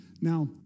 Now